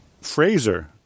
Fraser